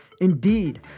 Indeed